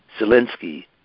Zelensky